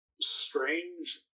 strange